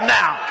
now